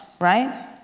right